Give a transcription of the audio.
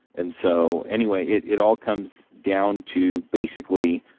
and so, anyway, it it all comes down to, basically,